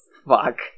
Fuck